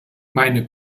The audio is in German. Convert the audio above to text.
meine